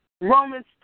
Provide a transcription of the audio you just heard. Romans